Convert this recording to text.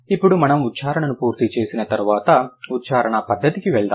ఇప్పుడు మనం ఉచ్చారణను పూర్తి చేసిన తర్వాత ఉచ్చారణ పద్ధతికి వెళ్దాం